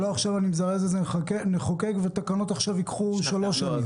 שלא יקרה שאנחנו נחוקק, והתקנות ייקחו שלוש שנים.